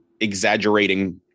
exaggerating